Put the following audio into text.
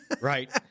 right